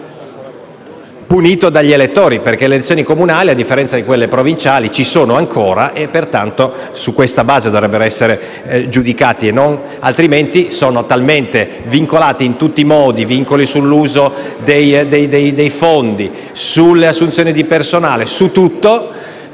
punito dagli elettori, perché le elezioni comunali, a differenza di quelle provinciali, ci sono ancora. Pertanto, su questa base dovrebbero essere giudicati; altrimenti, sono talmente vincolati in tutti i modi, con vincoli sull'uso dei fondi, sull'assunzione di personale e su tutto,